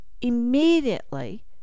immediately